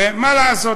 ומה לעשות,